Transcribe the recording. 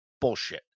Bullshit